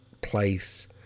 place